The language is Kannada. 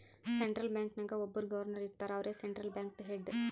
ಸೆಂಟ್ರಲ್ ಬ್ಯಾಂಕ್ ನಾಗ್ ಒಬ್ಬುರ್ ಗೌರ್ನರ್ ಇರ್ತಾರ ಅವ್ರೇ ಸೆಂಟ್ರಲ್ ಬ್ಯಾಂಕ್ದು ಹೆಡ್